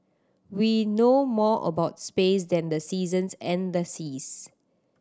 we know more about space than the seasons and the seas